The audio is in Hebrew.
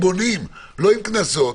בונים, לא עם קנסות.